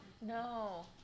No